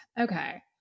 Okay